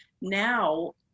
Now